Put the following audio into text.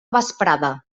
vesprada